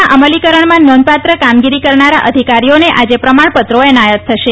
ના અમલીકરણમાં નોંધપાત્ર કામગીરી કરનારા અધિકારીઓને આજે પ્રમાણપત્રો એનાયત થશે